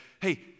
Hey